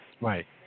Right